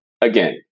Again